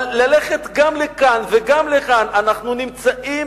אבל ללכת גם לכאן וגם לכאן, אנחנו נמצאים